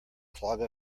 clog